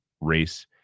race